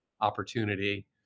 opportunity